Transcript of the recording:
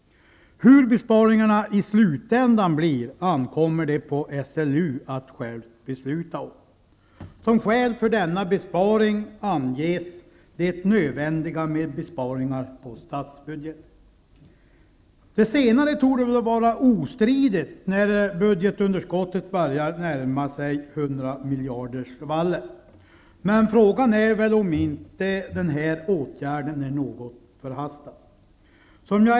Hur besparingarna blir i slutänden ankommer på SLU att självt besluta om. Som skäl för denna besparing anges det nödvändiga med besparingar i statsbudgeten. Det senare torde väl vara obestridligt när budgetunderskottet börjar närma sig hundramiljardersvallen. Men frågan är om inte den här åtgärden är något förhastad.